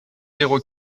zéro